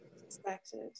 expected